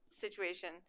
situation